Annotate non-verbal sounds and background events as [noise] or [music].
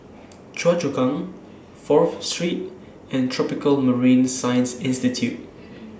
Choa Chu Kang Fourth Street and Tropical Marine Science Institute [noise]